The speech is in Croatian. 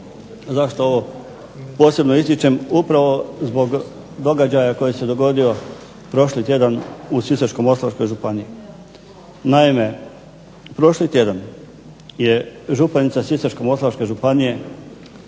Zašto ovo posebno ističem? Upravo zbog događaja koji se dogodio prošli tjedan u Sisačko-moslavačkoj županiji. Naime, prošli tjedan je županica Sisačko-moslavačke županije